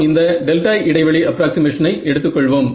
நாம் இந்த டெல்டா இடைவெளி அப்ராக்ஸிமேஷனை எடுத்துக் கொள்வோம்